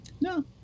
no